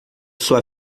sua